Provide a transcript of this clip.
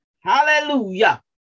Hallelujah